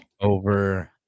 Over